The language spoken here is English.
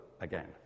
again